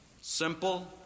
Simple